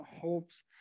hopes